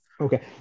Okay